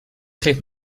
geeft